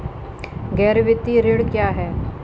गैर वित्तीय ऋण क्या है?